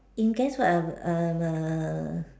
in guess what ah um err